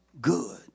good